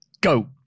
Go